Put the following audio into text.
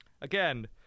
again